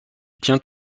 tient